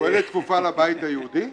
קהלת כפופה לבית היהודי?